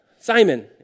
Simon